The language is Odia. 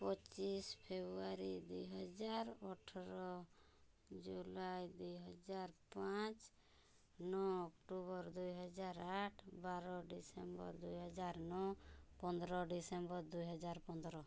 ପଚିଶି ଫେବୃଆରୀ ଦୁଇ ହଜାର ଅଠର ଜୁଲାଇ ଦୁଇ ହଜାର ପାଞ୍ଚ ନଅ ଅକ୍ଟୋବର ଦୁଇ ହଜାର ଆଠ ବାର ଡିସେମ୍ବର ଦୁଇ ହଜାର ନଅ ପନ୍ଦର ଡିସେମ୍ବର ଦୁଇ ହଜାର ପନ୍ଦର